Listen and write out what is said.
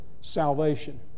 salvation